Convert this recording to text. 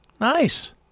Nice